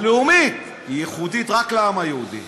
הלאומית, היא ייחודית, רק לעם היהודי,